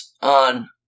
on